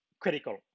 critical